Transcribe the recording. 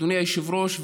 אדוני היושב-ראש,